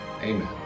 Amen